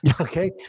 Okay